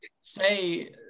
say